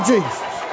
Jesus